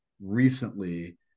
recently